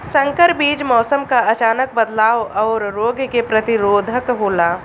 संकर बीज मौसम क अचानक बदलाव और रोग के प्रतिरोधक होला